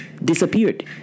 disappeared